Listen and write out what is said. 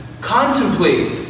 Contemplate